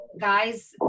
guys